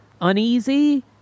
uneasy